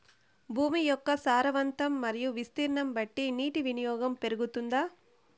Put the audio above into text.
భూమి యొక్క సారవంతం మరియు విస్తీర్ణం బట్టి నీటి వినియోగం పెరుగుతుందా?